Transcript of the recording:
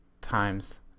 times